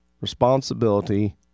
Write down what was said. responsibility